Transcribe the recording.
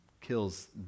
kills